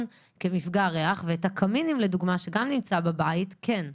כמפגע ריח ואת הקמינים שגם נמצאים בבית כן.